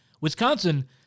Wisconsin